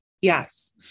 Yes